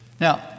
Now